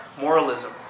Moralism